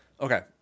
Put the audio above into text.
Okay